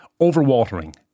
overwatering